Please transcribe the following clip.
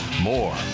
more